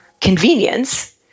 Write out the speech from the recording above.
convenience